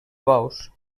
bous